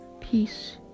Peace